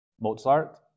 Mozart